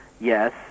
yes